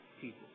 people